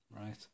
right